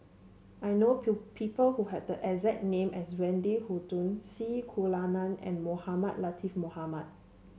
I know people who have the exact name as Wendy Hutton C Kunalan and Mohamed Latiff Mohamed